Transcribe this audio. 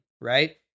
right